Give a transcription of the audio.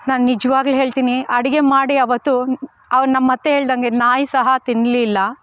ನಾನು ನಿಜ್ವಾಗ್ಲು ಹೇಳ್ತೀನಿ ಅಡುಗೆ ಮಾಡಿ ಆವತ್ತು ಆ ನಮ್ಮತ್ತೆ ಹೇಳ್ದಂಗೆ ನಾಯಿ ಸಹ ತಿನ್ಲಿಲ್ಲ